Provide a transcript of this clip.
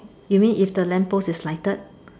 you mean if the lamp post is lighted